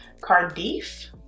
cardiff